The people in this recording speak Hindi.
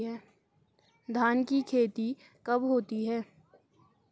धान की खेती कब होती है?